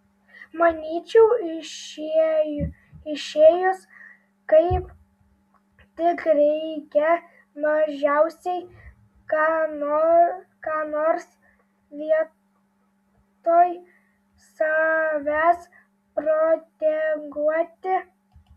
manyčiau išėjus kaip tik reikia mažiausiai ką nors vietoj savęs proteguoti